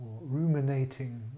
ruminating